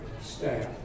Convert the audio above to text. staff